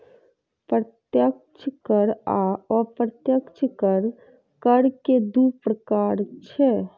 प्रत्यक्ष कर आ अप्रत्यक्ष कर, कर के दू प्रकार छै